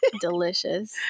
delicious